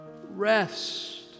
Rest